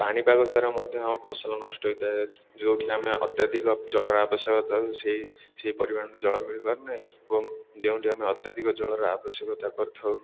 ପାଣିପାଗ ଦ୍ୱାରା ମଧ୍ୟ ଫସଲ ନଷ୍ଟ ହୋଇଥାଏ ଯୋଉଠି ଆମେ ଅତ୍ୟଧିକ ଜଳର ଆବଶ୍ୟକତା ସେଇ ସେହି ପରିମାଣର ଜଳ ମିଳିପାରୁନାହିଁ ଏବଂ ଯେଉଁଠି ଆମେ ଅତ୍ୟଧିକ ଜଳର ଆବଶ୍ୟକତା କରିଥାଉ